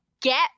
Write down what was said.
get